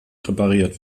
repariert